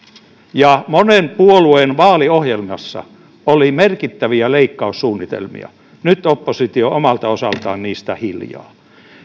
ja monen puolueen vaaliohjelmassa oli merkittäviä leikkaussuunnitelmia nyt oppositio on omalta osaltaan niistä hiljaa